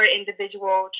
individual